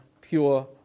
pure